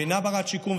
ואינה של שיקום.